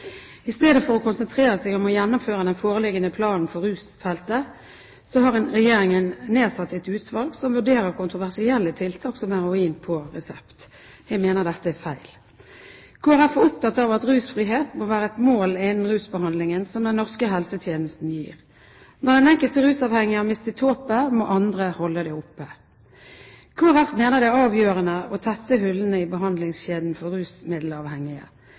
I stedet for å konsentrere seg om å gjennomføre den foreliggende planen for rusfeltet, har Regjeringen nedsatt et utvalg som vurderer kontroversielle tiltak, som heroin på resept. Jeg mener dette er feil. Kristelig Folkeparti er opptatt av at rusfrihet må være et mål innen rusbehandlingen som den norske helsetjenesten gir. Når den enkelte rusavhengige har mistet håpet, må andre holde det oppe. Kristelig Folkeparti mener det er avgjørende å tette hullene i behandlingskjeden for rusmiddelavhengige.